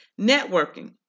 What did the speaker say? Networking